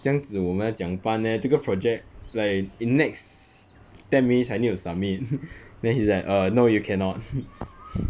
这样子我们要怎样办 leh 这个 project like in next ten minutes I need to submit then he's like err no you cannot